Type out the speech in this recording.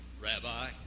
Rabbi